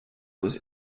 was